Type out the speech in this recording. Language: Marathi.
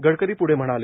गडकरी पुढं म्हणाले